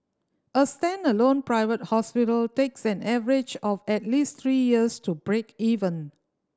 a standalone private hospital takes an average of at least three years to break even